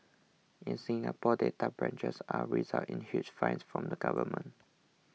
in Singapore data breaches are result in huge fines from the government